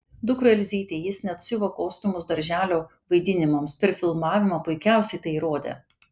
dukrai elzytei jis net siuva kostiumus darželio vaidinimams per filmavimą puikiausiai tai įrodė